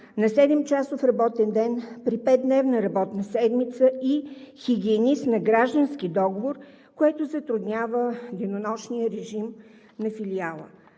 на 7-часов работен ден при 5-дневна работна седмица и хигиенист на граждански договор, което затруднява денонощния режим на филиала.